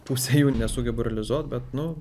pusė jų nesugebu realizuot bet nu